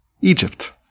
Egypt